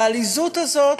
בעליזות הזאת,